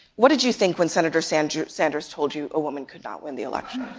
what did you think when senator sanders sanders told you a woman could not win the election?